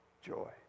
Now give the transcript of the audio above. joy